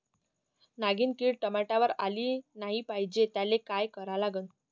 नागिन किड टमाट्यावर आली नाही पाहिजे त्याले काय करा लागन?